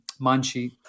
Manchi